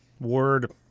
Word